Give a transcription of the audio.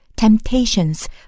Temptations